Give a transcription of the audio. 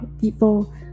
people